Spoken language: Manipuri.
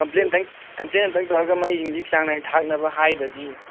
ꯀꯝꯄ꯭ꯂꯦꯟ ꯑꯃꯨꯛꯇꯪ ꯇꯧꯔꯒ ꯃꯩꯁꯤꯡꯁꯤ ꯆꯥꯡ ꯅꯥꯏꯅ ꯊꯥꯔꯛꯅꯕ ꯍꯥꯏꯗ꯭ꯔꯗꯤ